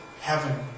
heaven